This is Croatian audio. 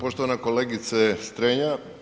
Poštovana kolegice Strenja.